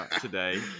today